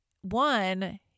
one